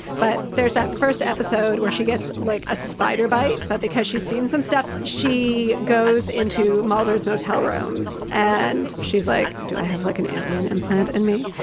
but there's that first episode where she gets like a spider bite. but because she's seen some stuff, she goes into mulder's motel room and she's like, do i have like an alien implant in me?